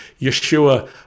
yeshua